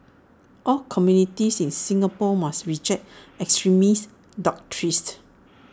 all communities in Singapore must reject extremist doctrines